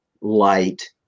light